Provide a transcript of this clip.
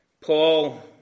Paul